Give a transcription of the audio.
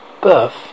birth